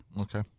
Okay